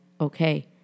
okay